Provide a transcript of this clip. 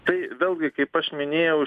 tai vėlgi kaip aš minėjau